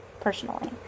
personally